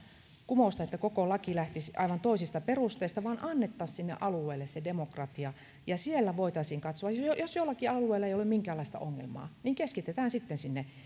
kumousta että koko laki lähtisi aivan toisista perusteista vaan annettaisiin sinne alueelle se demokratia ja siellä voitaisiin katsoa jos jollakin alueella ei ole minkäänlaista ongelmaa niin keskitetään sitten sinne